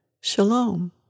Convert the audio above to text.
Shalom